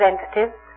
representatives